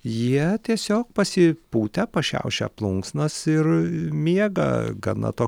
jie tiesiog pasipūtę pašiaušę plunksnas ir miega gana to